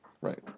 Right